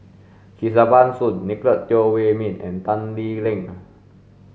Kesavan Soon Nicolette Teo Wei min and Tan Lee Leng